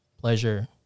pleasure